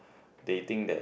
they think that